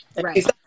Right